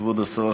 כבוד השרה,